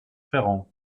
ferrand